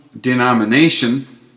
denomination